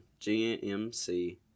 GMC